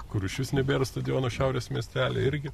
kur išvis nebėra stadiono šiaurės miestely irgi